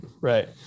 Right